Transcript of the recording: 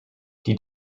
die